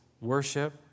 Worship